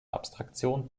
abstraktion